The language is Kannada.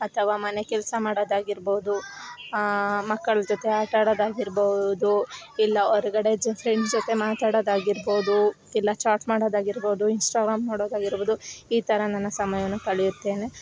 ಅಥವಾ ಮನೆ ಕೆಲಸ ಮಾಡೋದ್ ಆಗಿರ್ಬೌದು ಮಕ್ಕಳ ಜೊತೆ ಆಟ ಆಡೋದು ಆಗಿರ್ಬೌದು ಇಲ್ಲ ಹೊರ್ಗಡೆ ಜ ಫ್ರೆಂಡ್ಸ್ ಜೊತೆ ಮಾತಾಡೋದು ಆಗಿರ್ಬೌದು ಇಲ್ಲ ಚಾಟ್ ಮಾಡೋದು ಆಗಿರ್ಬೌದು ಇನ್ಸ್ಟಾಗ್ರಾಮ್ ನೋಡೋದು ಆಗಿರ್ಬೌದು ಈ ಥರ ನನ್ನ ಸಮಯವನ್ನು ಕಳೆಯುತ್ತೇನೆ